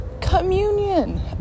communion